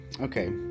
Okay